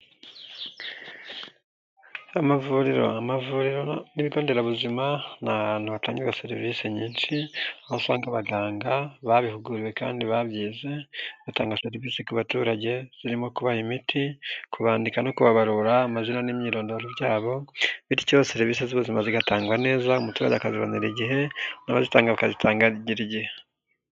Amavuriro, amavuriro n'ibigo nderabuzima ni ahantu hatangirwa serivisi nyinshi, aho usanga abaganga babihuguriwe kandi babyize, batanga serivisi ku baturage, zirimo kubaha imiti, kubandika no kubabarura amazina n'imyirondoro byabo, bityo serivisi z'ubuzima zigatangwa neza, umuturage akazibonera igihe n'abazitanga bakazitangira igihe.